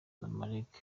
zamalek